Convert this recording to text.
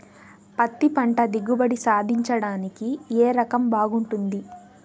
పత్తి పంట దిగుబడి సాధించడానికి ఏ రకం బాగుంటుంది?